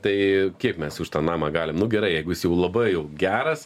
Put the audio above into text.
tai kiek mes už tą namą galim nu gerai jeigu jis jau labai jau geras